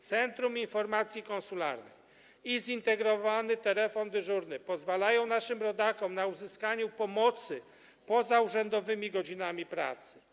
Centrum Informacji Konsularnej i Zintegrowany Telefon Dyżurny pozwalają naszym rodakom na uzyskanie pomocy poza urzędowymi godzinami pracy.